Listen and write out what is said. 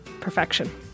Perfection